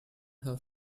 her